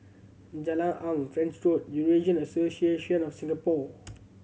Jalan Awang French Road Eurasian Association of Singapore